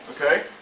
okay